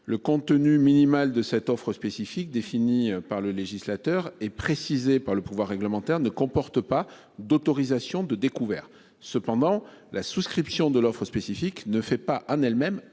le contenu minimal de cette offre spécifique défini par le législateur est précisé par le pouvoir réglementaire ne comporte pas d'autorisation de découvert. Cependant la souscription de l'offre spécifique ne fait pas Anne elle même